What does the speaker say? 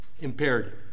imperative